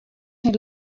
syn